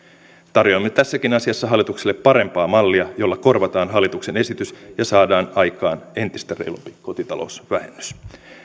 tarjoamme tässäkin asiassa hallitukselle parempaa mallia jolla korvataan hallituksen esitys ja saadaan aikaan entistä reilumpi kotitalousvähennys